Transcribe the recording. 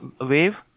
wave